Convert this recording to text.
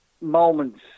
moments